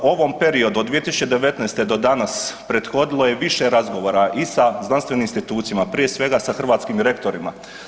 Ovom periodu od 2019. do danas prethodilo je više razgovora i sa znanstvenim institucijama, prije svega sa hrvatskih rektorima.